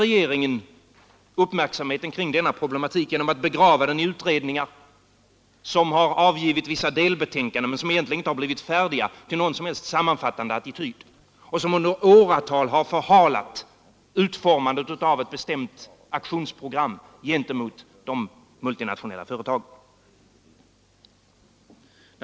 Regeringen fördröjde uppmärksamheten kring denna problematik genom att begrava den i utredningar, som har avgivit vissa delbetänkanden men som egentligen inte har blivit färdiga med någon som helst sammanfattande attityd och som under åratal har förhalat utformandet av ett bestämt aktionsprogram gentemot de multinationella företagen.